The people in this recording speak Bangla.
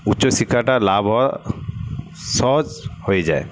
উচ্চশিক্ষাটা লাভ হওয়া সহজ হয়ে যায়